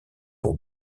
pour